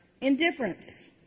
Indifference